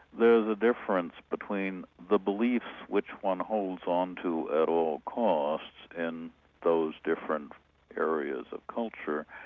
there's a difference between the beliefs which one holds on to at all costs and those different areas of culture.